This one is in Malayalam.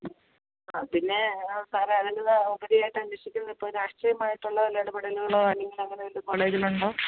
ആ പിന്നെ ആ സാറെ അതിന്റെ അത് പുതിയതായിട്ട് അന്വേഷിക്കുന്ന ഇപ്പം രാഷ്ട്രീയമായിട്ടുള്ള വല്ല ഇടപെടലുകളോ അല്ലെങ്കിൽ അങ്ങനെ വല്ലതും കോളേജിൽ ഉണ്ടോ